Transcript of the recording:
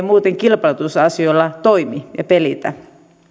muuten kilpailutusasioissa toimi ja pelitä